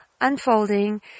unfolding